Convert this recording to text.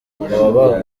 baba